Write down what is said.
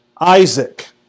Isaac